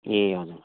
ए हजुर